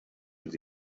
with